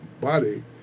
body